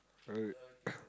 alright